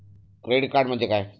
Credit card म्हणजे काय?